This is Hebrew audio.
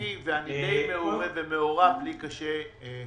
כי די מעורב ומעורב אבל קשה לי